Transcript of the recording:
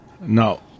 No